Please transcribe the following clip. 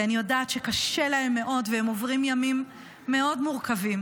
כי אני יודעת שקשה להם מאוד והם עוברים ימים מאוד מורכבים,